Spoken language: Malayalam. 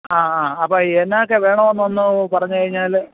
ആ ആ അപ്പം എന്നാക്കെ വേണമെന്നൊന്ന് പറഞ്ഞ് കഴിഞ്ഞാൽ